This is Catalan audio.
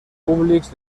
públics